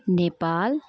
Nepal